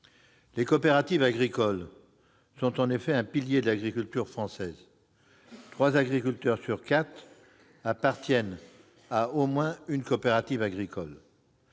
Les coopératives agricoles sont, en effet, un pilier de l'agriculture française : trois agriculteurs sur quatre appartiennent à au moins une coopérative agricole.